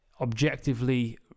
objectively